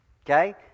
Okay